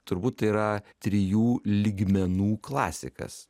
turbūt tai yra trijų lygmenų klasikas